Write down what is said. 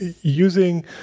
using